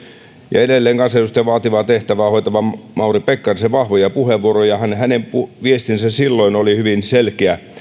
ja edelleen kansanedustajan vaativaa tehtävää hoitavan mauri pekkarisen vahvoja puheenvuoroja hänen viestinsä silloin oli hyvin selkeä